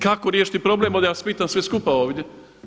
Kako riješiti problem ovdje vas pitam sve skupa ovdje?